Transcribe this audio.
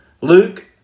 Luke